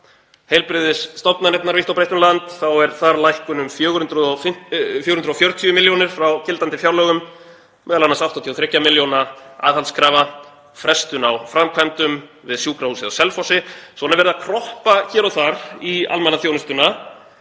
heilbrigðisstofnanir vítt og breitt um land, þá er þar lækkun um 440 milljónir frá gildandi fjárlögum, m.a. 83 milljóna aðhaldskrafa og frestun á framkvæmdum við Sjúkrahúsið á Selfossi. Svona er verið að kroppa hér og þar í almannaþjónustuna